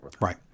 right